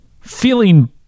feeling